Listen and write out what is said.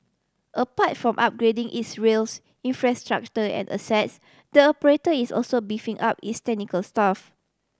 apart from upgrading its rails infrastructure and assets the operator is also beefing up its technical staff